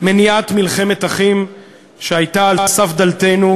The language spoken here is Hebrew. מניעת מלחמת אחים שהייתה על סף דלתנו,